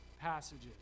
passages